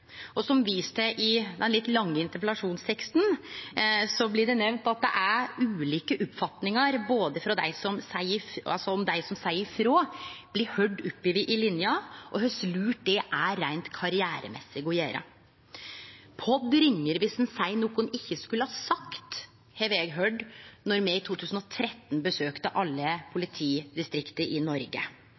Som vist til i den litt lange interpellasjonsteksten er det ulike oppfatningar, både om dei som seier ifrå, blir høyrde oppover i linja, og kor lurt det er reint karrieremessig å gjere det. POD ringer viss ein seier noko ein ikkje skulle ha sagt, høyrde eg då me i 2013 besøkte alle politidistrikta i Noreg.